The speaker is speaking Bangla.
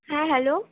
হ্যাঁ হ্যালো